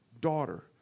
daughter